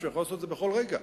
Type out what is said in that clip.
הוא יכול לעשות את זה בכל רגע.